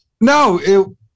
No